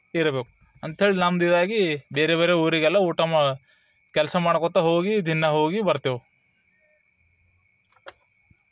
ಇರಬೇಕು ಅಂತ ಹೇಳಿ ನಮ್ದು ಇದಾಗಿ ಬೇರೆ ಬೇರೆ ಊರಿಗೆಲ್ಲ ಊಟ ಮಾ ಕೆಲಸ ಮಾಡ್ಕೋತ ಹೋಗಿ ದಿನ ಹೋಗಿ ಬರ್ತೇವೆ